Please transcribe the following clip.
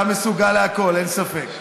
אתה מסוגל לכול, אין ספק.